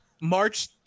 march